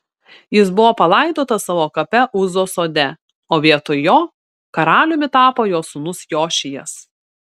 jis buvo palaidotas savo kape uzos sode o vietoj jo karaliumi tapo jo sūnus jošijas